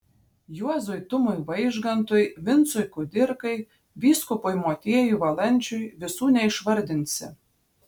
juozui tumui vaižgantui vincui kudirkai vyskupui motiejui valančiui visų neišvardinsi